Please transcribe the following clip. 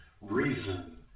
reason